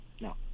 no